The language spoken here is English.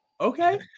Okay